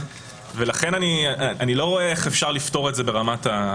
אני לא רואה איך אפשר לפתור את זה ברמת התקנות.